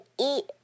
eat